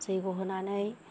जग्य होनानै